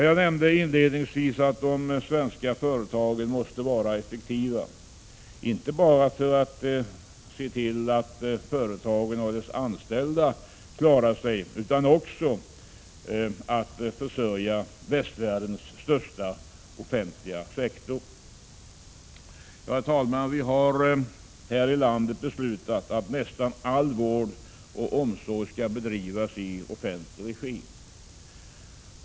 Jag nämnde inledningsvis att de svenska företagen måste vara effektiva — inte bara för att se till att företagen och deras anställda klarar sig utan också för att försörja västvärldens största offentliga sektor. Herr talman! Vi har här i landet beslutat att nästan all vård och omsorg skall bedrivas i offentlig regi.